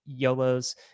YOLOs